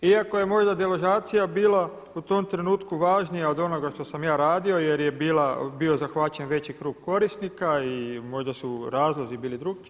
Iako je možda deložacija bila u tom trenutku važnija od onoga što sam ja radio jer je bio zahvaćen veći krug korisnika i možda su razlozi bili drukčiji.